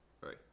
right